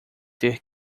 ter